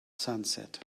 sunset